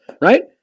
right